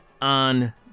on